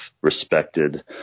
respected